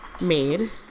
made